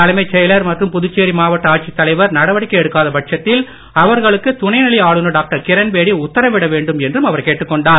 தலைமைச் செயலர் மற்றும் புதுச்சேரி மாவட்ட ஆட்சித் தலைவர் நடவடிக்கை எடுக்காத பட்சத்தில் அவர்களுக்கு துணைநிலை ஆளுநர் டாக்டர் கிரண்பேடி உத்தரவிட வேண்டும் என்றும் அவர் கேட்டுக் கொண்டார்